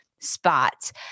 spots